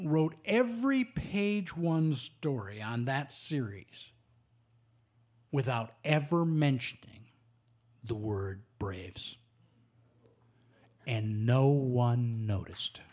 wrote every page one story on that series without ever mentioning the word braves and no one noticed